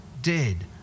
dead